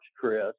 Chris